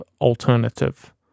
alternative